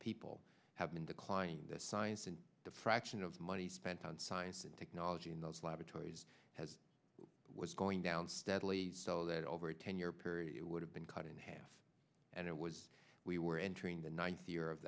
people have been declining the science and the fraction of money spent on science and technology in those laboratories has was going down steadily so that over a ten year period it would have been cut in half and it was we were entering the ninth year of